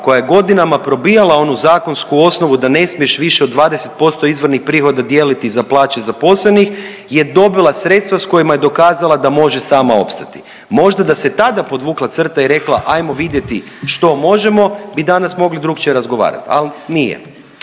koja je godinama probijala onu zakonsku osnovu da ne smiješ više od 20% izvornih prihoda dijeliti za plaće zaposlenih je dobila sredstva s kojima je dokazala da može sama opstati. Možda da se tada podvukla crta i rekla ajmo vidjeti što možemo bi danas mogli drukčije razgovarat, al nije.